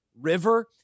River